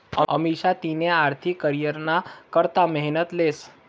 अमिषा तिना आर्थिक करीयरना करता मेहनत लेस